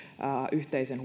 yhteisen